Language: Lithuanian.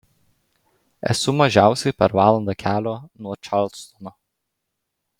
esu mažiausiai per valandą kelio nuo čarlstono